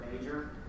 major